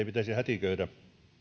pitäisi hätiköidä